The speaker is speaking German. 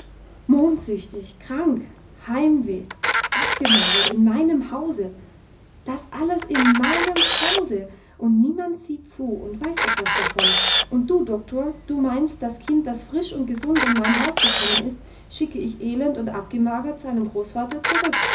mondsüchtig krank heimweh abgemagert in meinem hause das alles in meinem hause und niemand sieht zu und weiß etwas davon und du doktor du meinst das kind das frisch und gesund in mein haus gekommen ist schicke ich elend und abgemagert seinem großvater zurück